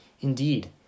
Indeed